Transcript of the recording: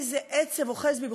איזה עצב אוחז בי,